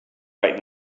right